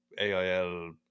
AIL